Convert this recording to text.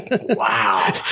Wow